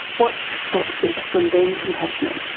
what stops us from being compassionate?